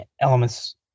elements